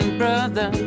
brother